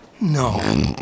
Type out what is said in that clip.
no